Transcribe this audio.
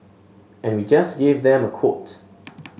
and we just gave them a quote